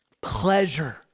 pleasure